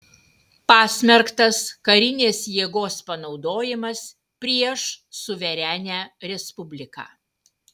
pasmerktas karinės jėgos panaudojimas prieš suverenią respubliką